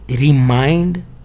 remind